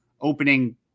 opening